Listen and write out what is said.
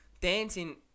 dancing